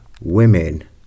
women